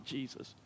Jesus